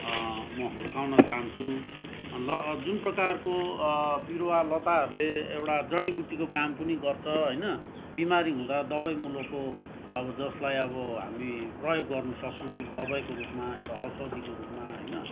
म हुर्काउन चाहन्छु अन्त जुन प्रकारको बिरुवा लताहरूले एउटा जडीबुटीको काम पनि गर्छ होइन बिमारी हुँदा दबाईमुलोको अब जसलाई अब हामी प्रयोग गर्नुसक्छौँ दबाईको रूपमा एउटा औषधीको रूपमा होइन